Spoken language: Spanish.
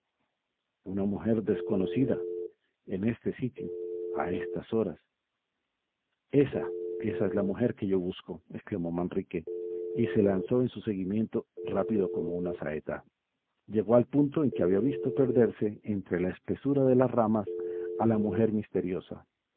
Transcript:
una mujer desconocida en este sitio a estas horas esa esa es la mujer que yo busco exclamó manrique y se lanzó en su seguimiento rápido como una saeta llegó al punto en que había visto perderse entre la espesura de las ramas a la mujer misteriosa